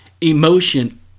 emotion